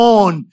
on